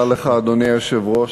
אדוני היושב-ראש,